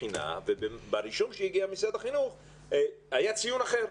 בחינה אבל ברישום שהגיע ממשרד החינוך היה ציון אחר.